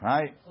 Right